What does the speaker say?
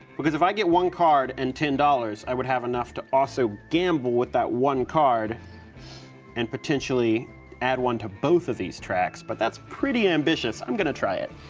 because if i get one card and ten dollars, i would have enough to also gamble with that one card and potentially add one to both of these tracks. but that's pretty ambitious, i'm gonna try it.